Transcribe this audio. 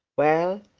well,